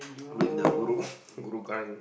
read the